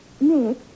Nick